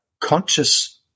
conscious